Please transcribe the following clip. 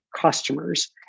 customers